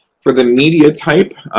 for the media type,